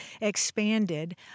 expanded